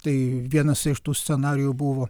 tai vienas iš tų scenarijų buvo